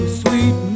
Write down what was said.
sweet